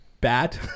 bad